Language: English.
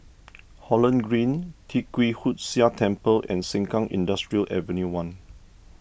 Holland Green Tee Kwee Hood Sia Temple and Sengkang Industrial Avenue one